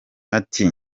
ati